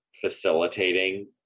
facilitating